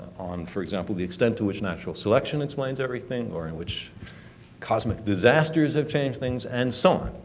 on, for example, the extent to which natural selection explains everything, or in which cosmic disasters have changed things, and so on.